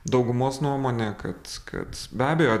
daugumos nuomonė kad kad be abejo